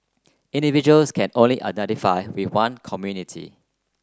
individuals can only identify with one community